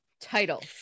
title